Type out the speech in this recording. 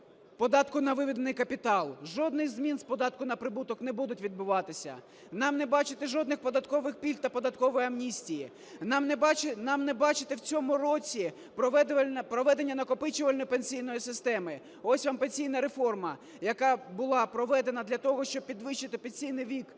податку на виведений капітал. Жодних змін з податку на прибуток не буде відбуватися. Нам не бачити жодних податкових пільг та податкової амністії. Нам не бачити в цьому році проведення накопичувальної пенсійної системи – ось вам пенсійна реформа, яка була проведена для того, щоби підвищити пенсійний вік